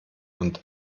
und